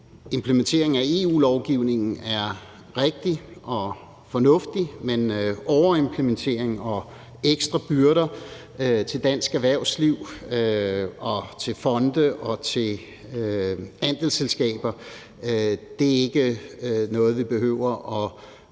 implementering af EU-lovgivning er rigtigt og fornuftigt, men overimplementering og ekstra byrder til dansk erhvervsliv og til fonde og til andelsselskaber er ikke noget, vi behøver at